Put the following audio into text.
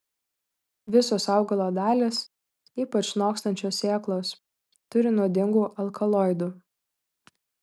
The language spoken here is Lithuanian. visos augalo dalys ypač nokstančios sėklos turi nuodingų alkaloidų